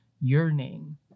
yearning